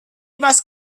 must